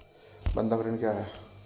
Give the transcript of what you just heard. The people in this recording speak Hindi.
बंधक ऋण क्या है?